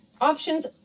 Options